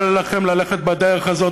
אל לכם ללכת בדרך הזאת.